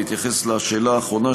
בהתייחס לשאלה האחרונה,